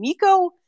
Miko